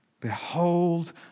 Behold